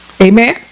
Amen